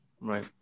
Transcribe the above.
right